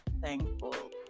thankful